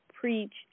preach